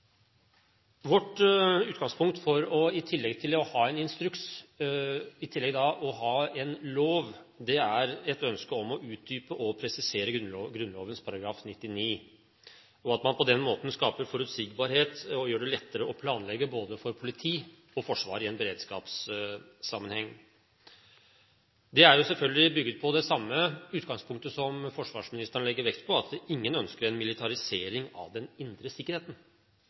Vårt utgangspunkt for – i tillegg til å ha en instruks – å ha en lov er et ønske om å utdype og presisere Grunnloven § 99 og at man på den måten skaper forutsigbarhet og gjør det lettere å planlegge for både politi og forsvar i en beredskapssammenheng. Det er selvfølgelig bygget på det samme utgangspunktet som forsvarsministeren legger vekt på, at ingen ønsker en militarisering av den indre sikkerheten.